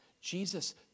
Jesus